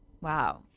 Wow